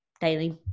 daily